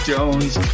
Jones